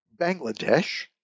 Bangladesh